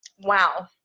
Wow